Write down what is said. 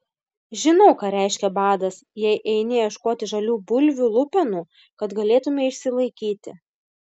žinau ką reiškia badas jei eini ieškoti žalių bulvių lupenų kad galėtumei išsilaikyti